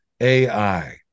ai